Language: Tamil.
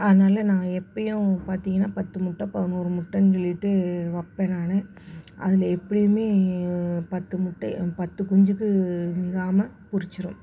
அதனால் நான் எப்போயும் பார்த்தீங்கனா பத்து முட்டை பதினோரு முட்டைன்னு சொல்லிட்டு வைப்பேன் நான் அதில் எப்படியுமே பத்து முட்டை பத்து குஞ்சுக்கு மிகாமல் பொரிச்சிடும்